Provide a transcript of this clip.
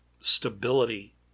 stability